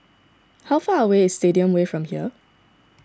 how far away is Stadium Way from here